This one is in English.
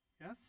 Yes